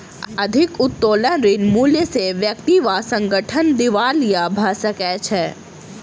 अधिक उत्तोलन ऋण मूल्य सॅ व्यक्ति वा संगठन दिवालिया भ सकै छै